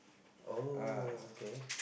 uh oh okay